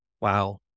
Wow